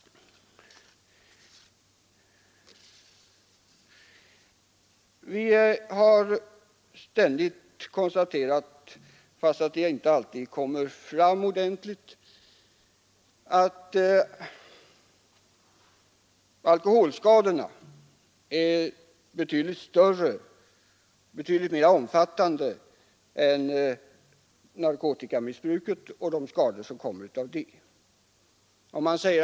Vi har ständigt konstaterat — fast det inte alltid kommer fram ordentligt — att alkoholskadorna är betydligt mera omfattande än de skador som kommer av narkotikamissbruket.